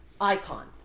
Icon